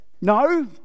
no